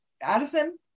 Addison